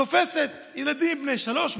תופסת ילדים בני שלוש,